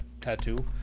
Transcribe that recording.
tattoo